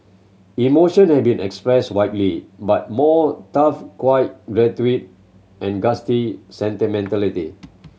emotion have been expressed widely but more tough quiet and sentimentality